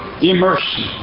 immersion